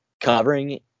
covering